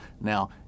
Now